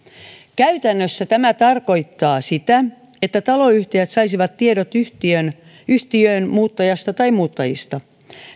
käytännössä tämä tarkoittaa sitä että taloyhtiöt saisivat tiedot yhtiöön yhtiöön muuttajasta tai muuttajista